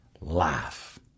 Laugh